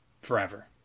Forever